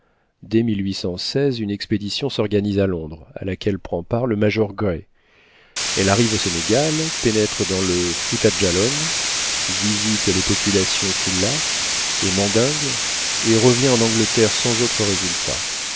dès une expédition s'organise à londres à laquelle prend part le major gray elle arrive au sénégal pénètre dans le fouta djallon visite les populations foullahs et mandingues et revient en angleterre sans autre résultat